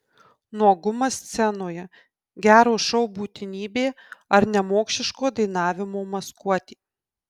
nuogumas scenoje gero šou būtinybė ar nemokšiško dainavimo maskuotė